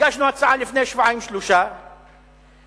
הגשנו הצעה לפני שבועיים, שלושה שבועות,